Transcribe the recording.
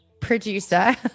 producer